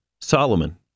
Solomon